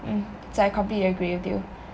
mm so I completely agree with you